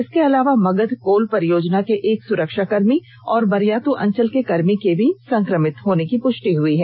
इसके अलावा मगध कोल परियोजना के एक सुरक्षाकर्मी और बारियातू अंचल के कर्मी के भी संक्रमित होने की पुष्टि हुई है